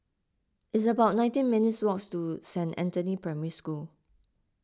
it's about nineteen minutes' walk to Saint Anthony's Primary School